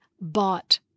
bought